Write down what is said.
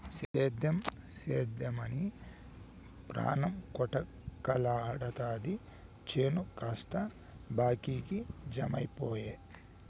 సేద్దెం సేద్దెమని పాణం కొటకలాడతాది చేను కాస్త బాకీకి జమైపాయె